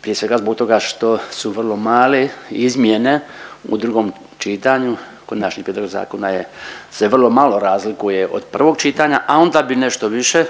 prije svega zbog toga što su vrlo male izmjene u drugom čitanju. Konačni prijedlog zakona je se vrlo malo razlikuje od prvog čitanja, a onda bi nešto više